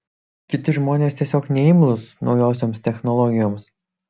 kiti žmonės tiesiog neimlūs naujosioms technologijoms